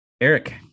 Eric